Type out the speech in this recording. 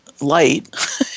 light